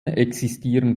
existieren